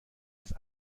است